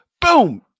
boom